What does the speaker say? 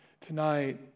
Tonight